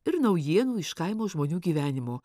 ir naujienų iš kaimo žmonių gyvenimo